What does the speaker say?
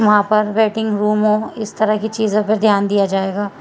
وہاں پر waiting room ہو اس طرح کی چیزوں پر دھیان دیا جائے گا